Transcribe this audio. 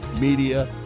Media